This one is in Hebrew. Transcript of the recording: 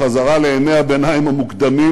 החזרה לימי-הביניים המוקדמים,